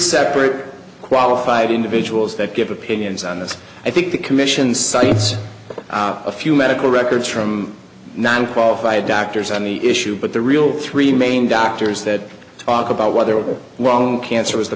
separate qualified individuals that give opinions on this i think the commission cites a few medical records from not qualified doctors on the issue but the real three main doctors that talk about what they were wrong cancer was the